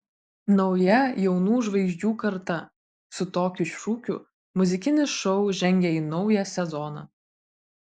nauja jaunų žvaigždžių karta su tokiu šūkiu muzikinis šou žengia į naują sezoną